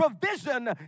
provision